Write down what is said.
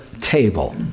table